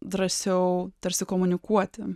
drąsiau tarsi komunikuoti